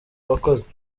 abakozi